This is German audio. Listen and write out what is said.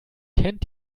kennt